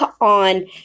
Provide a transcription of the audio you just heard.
on